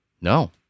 No